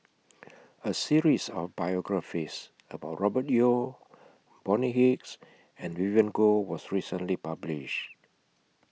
A series of biographies about Robert Yeo Bonny Hicks and Vivien Goh was recently published